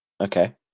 Okay